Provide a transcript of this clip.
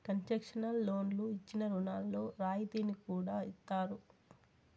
concessional లోన్లు ఇచ్చిన రుణాల్లో రాయితీని కూడా ఇత్తారు